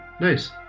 nice